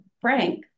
Frank